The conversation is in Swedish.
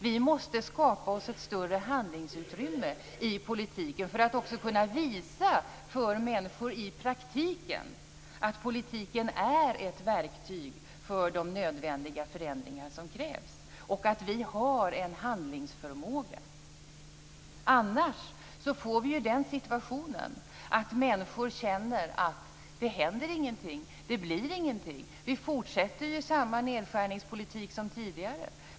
Vi måste skapa oss ett större handlingsutrymme i politiken för att också kunna visa för människor i praktiken att politiken är ett verktyg för de nödvändiga förändringar som krävs och att vi har en handlingsförmåga. Annars får vi den situationen att människor känner att det inte händer någonting, att det inte blir någonting och att vi fortsätter samma nedskärningspolitik som tidigare.